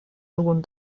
algun